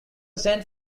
cent